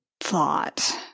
thought